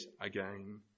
again